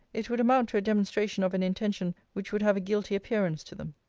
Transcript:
it would amount to a demonstration of an intention which would have a guilty appearance to them.